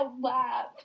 laugh